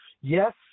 Yes